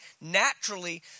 naturally